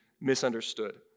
misunderstood